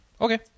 Okay